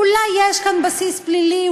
אולי יש כאן בסיס פלילי,